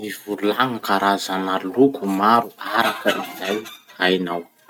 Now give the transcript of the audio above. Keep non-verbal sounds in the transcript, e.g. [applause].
Mivolagna karazana loko maro [noise] arak'izay hainao.